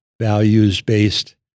values-based